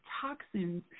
toxins